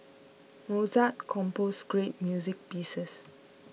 Mozart composed great music pieces